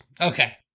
Okay